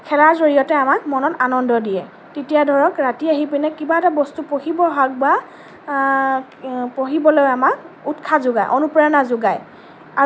খেলাৰ জড়িয়তে আমাক মনত আনন্দ দিয়ে তেতিয়া ধৰক ৰাতি আহি পেলাই কিবা এটা বস্তু পঢ়িব হওঁক বা পঢ়িবলৈ আমাক উৎসাহ যোগায় অনুপ্ৰেৰণা যোগায়